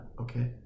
Okay